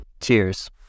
Cheers